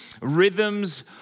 Rhythms